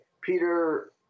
Peter